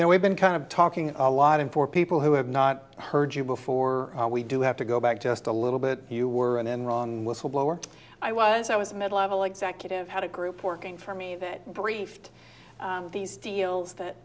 know we've been kind of talking a lot and for people who have not heard you before we do have to go back just a little bit you were in wrong whistleblower i was i was a mid level executive had a group working for me that briefed on these deals that